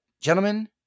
gentlemen